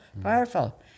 powerful